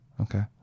Okay